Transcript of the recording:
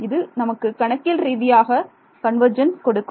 இது நமக்கு கணக்கியல் ரீதியாக கன்வர்ஜென்ஸ் கொடுக்கும்